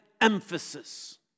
emphasis